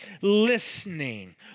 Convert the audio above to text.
listening